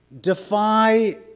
defy